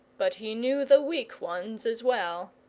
but he knew the weak ones as well.